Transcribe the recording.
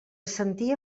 sentia